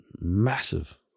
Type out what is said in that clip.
massive